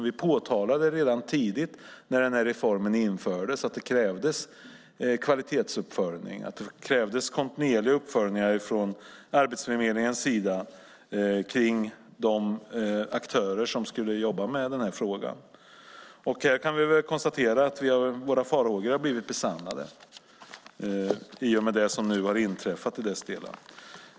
Vi påtalade redan tidigt när denna reform infördes att det krävdes kvalitetsuppföljning och kontinuerliga uppföljningar från Arbetsförmedlingens sida kring de aktörer som skulle jobba med frågan. Här kan vi väl konstatera att våra farhågor har blivit besannade i och med det som nu har inträffat i dessa delar.